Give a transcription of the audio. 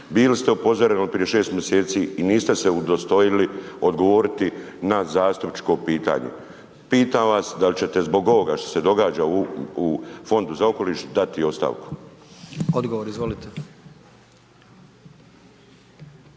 Bili ste upozoreni prije 6 mjeseci i niste se udostojili odgovoriti na zastupničko pitanje. Pitam vas, da li ćete zbog ovoga što se događa u Fondu za okoliš dati ostavku? **Jandroković,